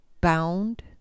bound